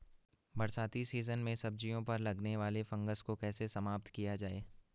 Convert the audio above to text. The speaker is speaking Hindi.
बरसाती सीजन में सब्जियों पर लगने वाले फंगस को कैसे समाप्त किया जाए?